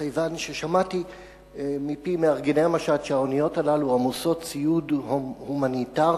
כיוון ששמעתי מפי מארגני המשט שהאוניות הללו עמוסות ציוד הומניטרי,